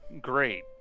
great